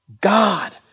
God